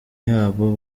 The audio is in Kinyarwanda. yabo